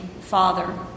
father